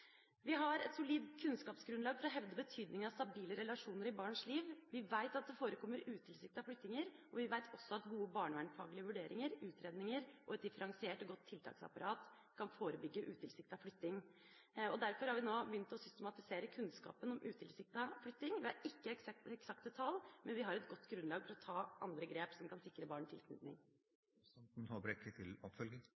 Vi har et solid kunnskapsgrunnlag for å hevde betydning av stabile relasjoner i barns liv. Vi vet at det forekommer utilsiktede flyttinger, og vi vet også at gode barnevernsfaglige vurderinger, utredninger og et differensiert og godt tiltaksapparat kan forebygge utilsiktet flytting. Derfor har vi nå begynt å systematisere kunnskapen om utilsiktet flytting. Vi har ikke eksakte tall, men vi har et godt grunnlag for å ta andre grep som kan sikre barn tilknytning.